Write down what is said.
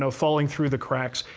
so falling through the cracks,